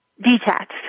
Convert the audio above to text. Detached